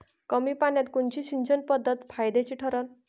कमी पान्यात कोनची सिंचन पद्धत फायद्याची ठरन?